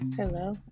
hello